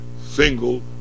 single